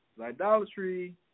Idolatry